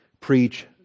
Preach